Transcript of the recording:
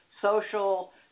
social